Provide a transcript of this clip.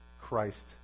Christ